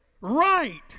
right